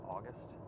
August